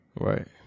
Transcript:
Right